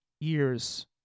years